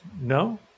no